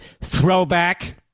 throwback